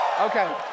Okay